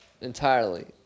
entirely